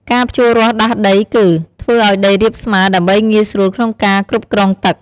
ការភ្ជូររាស់ដាស់ដីគឺ ធ្វើឱ្យដីរាបស្មើដើម្បីងាយស្រួលក្នុងការគ្រប់គ្រងទឹក។